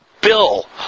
Bill